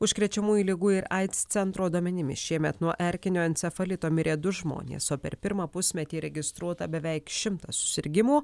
užkrečiamųjų ligų ir aids centro duomenimis šiemet nuo erkinio encefalito mirė du žmonės o per pirmą pusmetį registruota beveik šimtas susirgimų